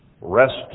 rest